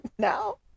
Now